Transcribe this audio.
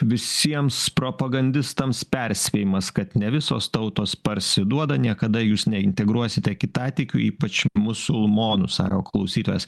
visiems propagandistams perspėjimas kad ne visos tautos parsiduoda niekada jūs neintegruosite kitatikių ypač musulmonų sako klausytojas